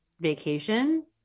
vacation